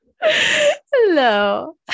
hello